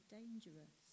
dangerous